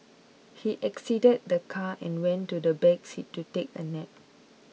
he exited the car and went to the back seat to take a nap